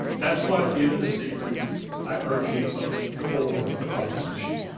that's why at the end of this evening i urge you to vote for the proposition.